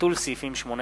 אורי